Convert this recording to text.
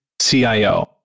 CIO